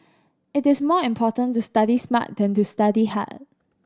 it is more important to study smart than to study hard